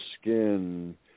skin